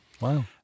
Wow